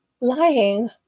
lying